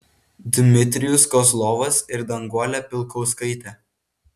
dmitrijus kozlovas ir danguolė pilkauskaitė